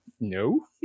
no